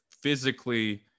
physically